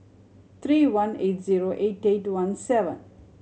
three one eight zero eight eight one seven